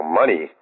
money